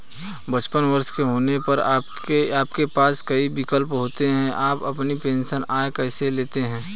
पचपन वर्ष के होने पर आपके पास कई विकल्प होते हैं कि आप अपनी पेंशन आय कैसे लेते हैं